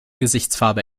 gesichtsfarbe